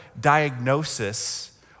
diagnosis